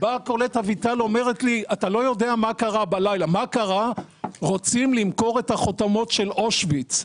באה קולט אביטל ואומרת לי שרוצים למכור את החותמות של אושוויץ.